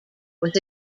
was